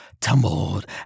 tumbled